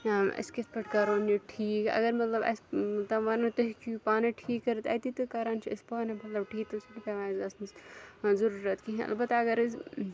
أسۍ کِتھ پٲٹھۍ کرون یہِ ٹھیٖک اگر مطلب اَسہِ تم وَنَن تُہۍ ہیٚکِو یہِ پانَے ٹھیٖک کٔرِتھ اَتی تہٕ کَران چھِ أسۍ پانَے مطلب ٹھیٖک تہٕ چھِنہٕ پٮ۪وان اَسہِ گژھنَس ضٔروٗرتھ کِہیٖنۍ البتہ اگر أسۍ